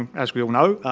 as we all know,